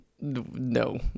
No